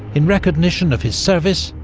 in recognition of his service,